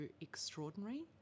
extraordinary